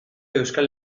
euskal